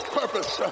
purpose